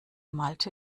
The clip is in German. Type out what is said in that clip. malte